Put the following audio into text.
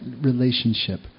relationship